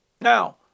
Now